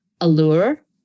allure